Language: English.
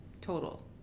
Total